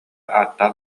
ааттаах